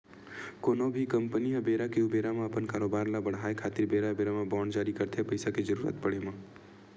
कोनो भी कंपनी ह बेरा के ऊबेरा म अपन कारोबार ल बड़हाय खातिर बेरा बेरा म बांड जारी करथे पइसा के जरुरत पड़े म